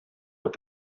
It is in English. with